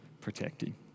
protecting